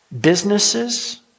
businesses